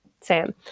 Sam